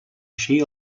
així